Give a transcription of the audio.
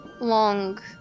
long